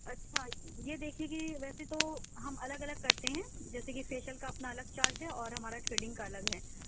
اچھا یہ دیکھیے کہ ویسے تو ہم الگ الگ کرتے ہیں جیسے کہ فیشیل کا اپنا الگ چارج ہے اور ہمارا تھریڈنگ کا الگ ہے